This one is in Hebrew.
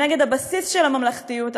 הבסיס של הממלכתיות.